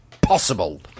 possible